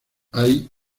hay